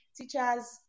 Teachers